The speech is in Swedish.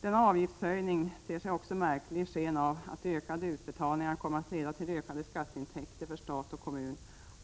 Denna avgiftshöjning ter sig märklig också i sken av att de ökade utbetalningarna kommer att leda till ökade skatteintäkter för stat och kommun.